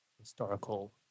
historical